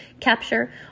capture